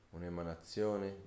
Un'emanazione